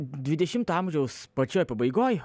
dvidešimto amžiaus pačioj pabaigoj